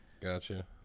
Gotcha